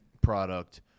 product